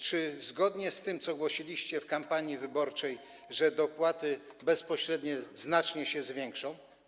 Czy będzie zgodnie z tym, co głosiliście w kampanii wyborczej - że dopłaty bezpośrednie znacznie się zwiększą?